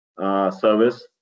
service